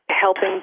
helping